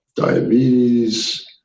diabetes